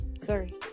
Sorry